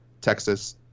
Texas